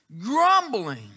grumbling